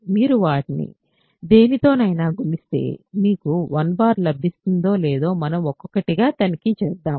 మీరు వాటిని దేనితోనైనా గుణిస్తే మీకు 1 లభిస్తుందో లేదో మనం ఒకొక్కటి గా తనిఖీ చేద్దాం